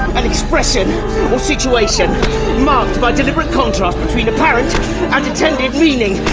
an expression or situation marked by deliberate contrast between apparent and intended meaning.